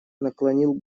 наклонил